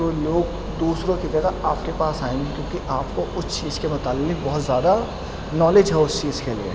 تو لوگ دوسروں کی طرح آپ کے پاس آئیں گے کیونکہ آپ کو اس چیز کے متعلق بہت زیادہ نالج ہو اس چیز کے لیے